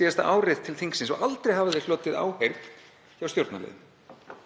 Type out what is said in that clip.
síðasta árið til þingsins og aldrei hefur hún hlotið áheyrn hjá stjórnarliðum.